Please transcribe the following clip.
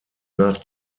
nach